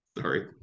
sorry